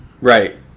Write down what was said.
right